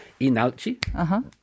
Inalchi